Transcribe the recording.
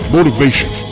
Motivation